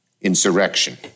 insurrection